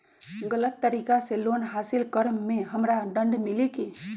गलत तरीका से लोन हासिल कर्म मे हमरा दंड मिली कि?